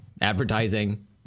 advertising